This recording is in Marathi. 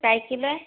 काय किलो आहे